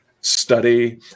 study